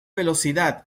velocidad